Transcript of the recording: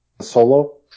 solo